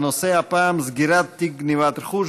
הנושא הפעם: סגירת תיק גנבת רכוש.